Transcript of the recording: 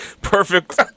Perfect